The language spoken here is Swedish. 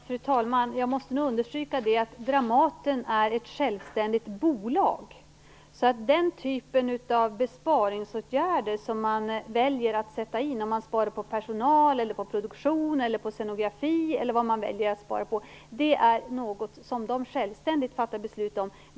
Fru talman! Jag måste understryka att Dramaten är ett självständigt bolag. Frågan om vilken typ av besparingsåtgärder man väljer att sätta in - besparingar på personal, produktion, scenografi eller vad man nu väljer - är något som man självständigt fattar beslut om.